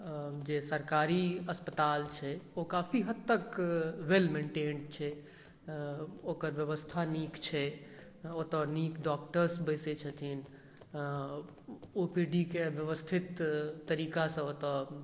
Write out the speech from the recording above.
जे सरकारी अस्पताल छै ओ काफी हद तक वेल मेन्टेन्ड छै अऽ ओकर व्यवस्था नीक छै ओतऽ नीक डॉक्टर्स बैसेत छथिन ओ पी डी केँ व्यवस्थित तरीकासँ ओतऽ